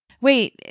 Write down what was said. wait